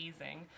amazing